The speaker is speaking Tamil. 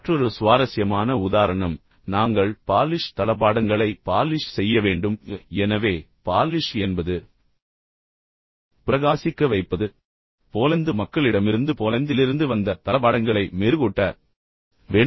மற்றொரு சுவாரஸ்யமான உதாரணம் நாங்கள் பாலிஷ் தளபாடங்களை பாலிஷ் செய்யவேண்டும் எனவே பாலிஷ் என்பது பிரகாசிக்க வைப்பது என்பது உங்களுக்குத் தெரியும் ஆனால் போலந்து மக்களிடமிருந்து போலந்திலிருந்து வந்த தளபாடங்களை மெருகூட்ட வேண்டும்